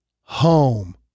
home